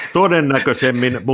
todennäköisemmin